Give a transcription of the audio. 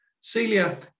Celia